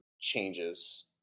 changes